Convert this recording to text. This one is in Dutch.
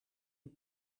een